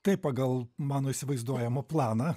taip pagal mano įsivaizduojamą planą